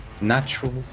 Natural